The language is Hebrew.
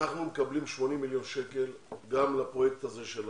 אנחנו מקבלים 80 מיליון שקל גם לפרויקט הזה של התעסוקה,